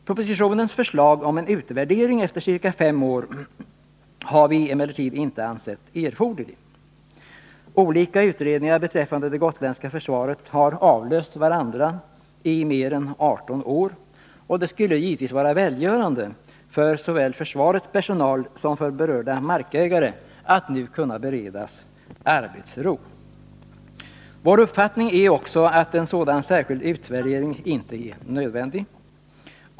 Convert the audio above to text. Propositionens förslag om en utvärdering efter ca fem år har vi emellertid inte ansett erforderligt. Olika utredningar beträffande det gotländska försvaret har avlöst varandra i 18 år, och det skulle givetvis vara välgörande om såväl försvarets personal som berörda markägare nu kunde beredas arbetsro. Vår uppfattning är också att en sådan särskild utvärdering inte är nödvändig.